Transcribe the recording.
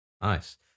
Nice